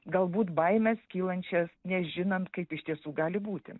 galbūt baimes kylančias nežinant kaip iš tiesų gali būti